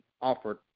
offered